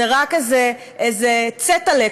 זה רק איזה צעטל'ה,